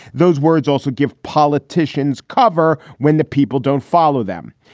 those words also give politicians cover when the people don't follow them.